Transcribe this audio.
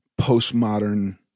postmodern